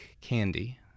candy